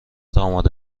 آماده